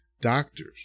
doctors